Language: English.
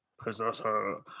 Possessor